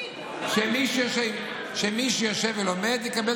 שמי שיושב ולומד יקבל